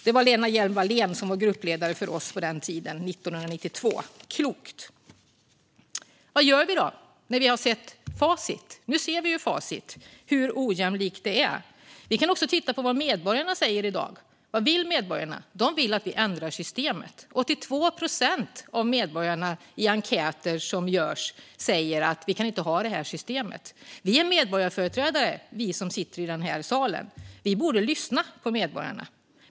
Det var Lena Hjelm-Wallén som var gruppledare för oss på den tiden, 1992. Klokt! Vad gör vi då när vi har sett facit? Nu ser vi ju facit, hur ojämlikt det är. Vi kan också titta på vad medborgarna säger i dag. Vad vill medborgarna? Jo, de vill att vi ändrar systemet. I enkäter säger 82 procent av medborgarna att vi inte kan ha det här systemet. Vi är medborgarföreträdare, vi som sitter i den här salen. Vi borde lyssna på medborgarna.